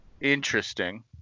Interesting